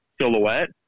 silhouette